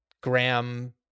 Graham